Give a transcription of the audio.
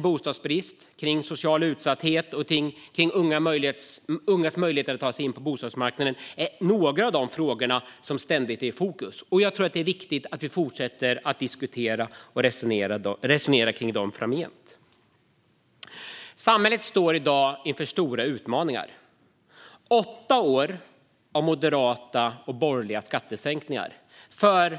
Bostadsbrist, social utsatthet och ungas möjligheter att ta sig in på bostadsmarknaden är några av de frågor som ständigt är i fokus, och jag tror att det är viktigt att vi fortsätter att diskutera och resonera kring dem framgent. Samhället står i dag inför stora utmaningar. Åtta år av moderata och borgerliga skattesänkningar fram till för